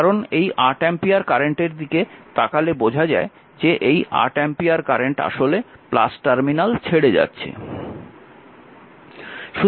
কারণ এই 8 অ্যাম্পিয়ার কারেন্টের দিকে তাকালে বোঝা যায় যে এই 8 অ্যাম্পিয়ার কারেন্ট আসলে টার্মিনাল ছেড়ে যাচ্ছে